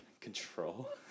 control